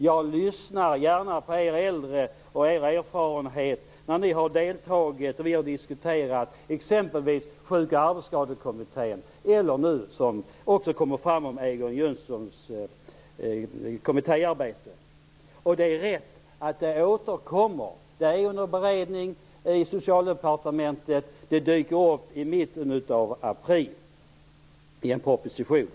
Jag lyssnar gärna på er som har suttit längre i utskottet och på er erfarenhet. Det har jag gjort när vi har diskuterat exempelvis Sjuk och arbetsskadekommittén eller det som nu också kommer fram om Egon Jönssons kommittéarbete. Det stämmer att det återkommer. Det är under beredning i Socialdepartementet, och det dyker upp under mitten av april i en proposition.